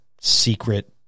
secret